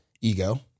Ego